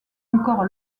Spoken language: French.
encore